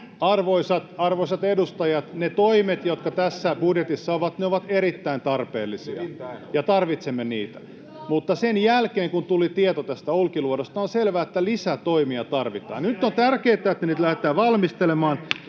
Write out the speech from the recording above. Arvoisat edustajat, nämä toimet, jotka tässä budjetissa ovat, ovat erittäin tarpeellisia, ja tarvitsemme niitä, mutta sen jälkeen, kun tuli tieto Olkiluodosta, on selvää, että lisätoimia tarvitaan. Nyt on tärkeätä, että niitä lähdetään valmistelemaan